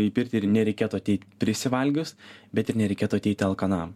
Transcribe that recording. į pirtį ir nereikėtų ateit prisivalgius bet ir nereikėtų ateiti alkanam